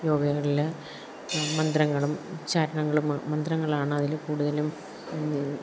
യോഗയോടുളള മന്ത്രങ്ങളും ശരണങ്ങളുമുൾപ്പെടെ മന്ത്രങ്ങളാണ് അതിൽ കൂടുതലും